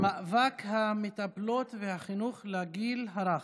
מאבק המטפלות והחינוך לגיל הרך,